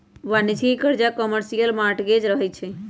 वाणिज्यिक करजा में कमर्शियल मॉर्टगेज रहै छइ